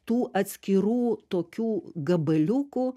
tų atskirų tokių gabaliukų